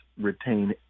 retain